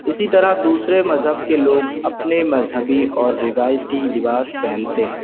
اسی طرح دوسرے مذہب کے لوگ اپنے مذہبی اور روایتی لباس پہنتے ہیں